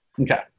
okay